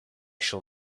shall